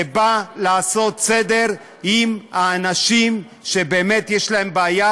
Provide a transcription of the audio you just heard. זה בא לעשות סדר לאנשים שבאמת יש להם בעיה.